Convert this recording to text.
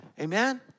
Amen